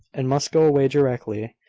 and must go away directly.